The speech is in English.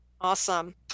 Awesome